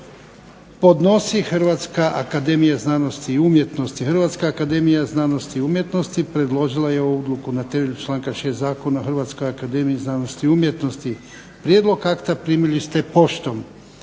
Hrvatska akademija za znanost i umjetnost. Hrvatska akademija za znanost i umjetnost predložila je ovu odluku na temelju članka 6. Zakona o Hrvatska akademija za znanost i umjetnosti. Prijedlog akta primili ste poštom.